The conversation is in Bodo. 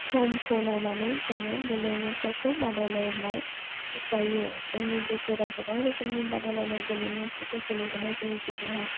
समखौ नायनानै जोङो गेलेमुफोरखौ बादायलायनाय जायो जोंनि गेजेराव गोबां रोखोमनि बादाय लायनाय गेलेमुफोरखौ गेलेहोनाय जायो जेरैहाय